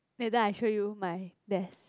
later I show you my desk